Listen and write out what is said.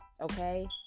Okay